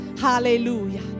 Hallelujah